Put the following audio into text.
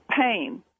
pain